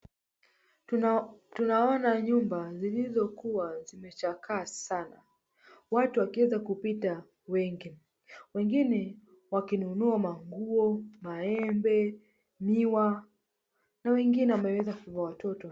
Tunaona nyumba zilizokuwa zimechakaa sana. Watu wakiweza kupita wengi. Wengine wakinunua manguo, maembe, miwa na wengine wameweza kuwa watoto.